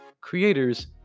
creators